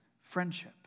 friendship